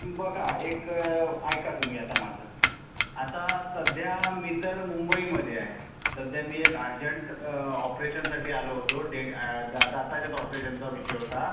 बघा एक ऐका तुम्ही आता माझं आता सध्या मी तर मुंबईमध्ये आहे सध्या मी एक अर्जंट ऑपरेशनसाठी आलो होतो डे दा दाताच्याच ऑपरेशनचा विषय होता